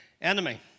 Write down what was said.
enemy